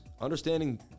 understanding